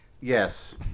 Yes